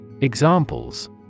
Examples